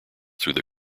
through